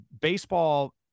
Baseball